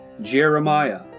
Jeremiah